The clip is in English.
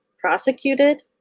prosecuted